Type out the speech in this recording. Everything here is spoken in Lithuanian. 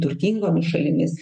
turtingomis šalimis